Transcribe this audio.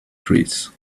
trees